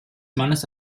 mannes